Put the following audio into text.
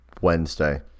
Wednesday